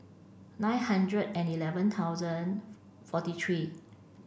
nine hundred and eleven thousand forty three